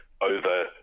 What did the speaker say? over